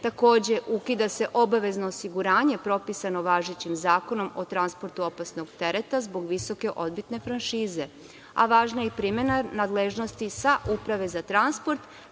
Takođe, ukida se obavezno osiguranje propisano važećim Zakonom o transportu opasnog tereta zbog visoke odbitne franšize, a važna je i primena nadležnosti za Uprave za transport